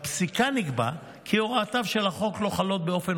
בפסיקה נקבע כי הוראותיו של החוק לא חלות באופן